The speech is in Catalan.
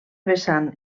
vessant